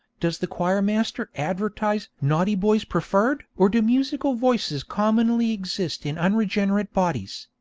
does the choirmaster advertise naughty boys preferred or do musical voices commonly exist in unregenerate bodies?